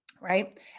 right